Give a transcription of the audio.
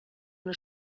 una